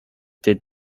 did